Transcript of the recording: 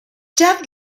chad